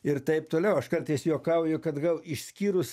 ir taip toliau aš kartais juokauju kad gal išskyrus